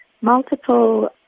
multiple